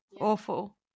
awful